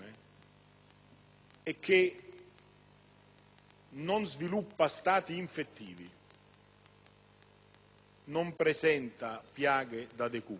non sviluppa stati infettivi, non presenta piaghe da decubito,